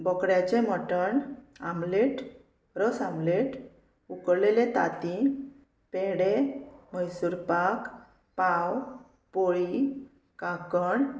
बोकड्याचें मटण आमलेट रस आमलेट उकडलेले ताती पेडे म्हैसूर पाक पाव पोळी काकण